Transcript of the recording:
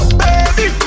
baby